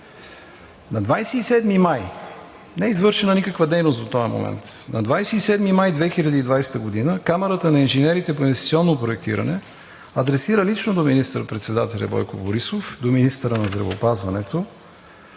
Не е извършена никаква дейност до този момент. На 27 май 2020 г. Камарата на инженерите по инвестиционно проектиране адресира лично до министър-председателя Бойко Борисов и до министъра на здравеопазването